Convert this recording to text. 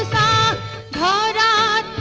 da da